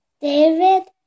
David